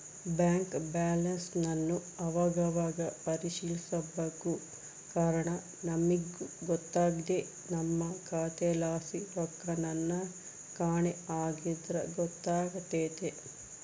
bank ಬ್ಯಾಲನ್ಸನ್ ಅವಾಗವಾಗ ಪರಿಶೀಲಿಸ್ಬೇಕು ಕಾರಣ ನಮಿಗ್ ಗೊತ್ತಾಗ್ದೆ ನಮ್ಮ ಖಾತೆಲಾಸಿ ರೊಕ್ಕೆನನ ಕಾಣೆ ಆಗಿದ್ರ ಗೊತ್ತಾತೆತೆ